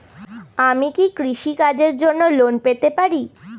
আমি কি কৃষি কাজের জন্য লোন পেতে পারি?